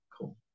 cool